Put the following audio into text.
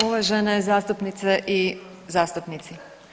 Uvažene zastupnice i zastupnici.